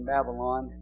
Babylon